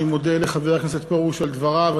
אני מודה לחבר הכנסת פרוש על דבריו.